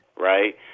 right